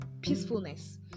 peacefulness